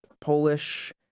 Polish